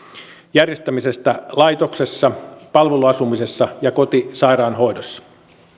järjestämisestä laitoksessa palveluasumisessa ja kotisairaanhoidossa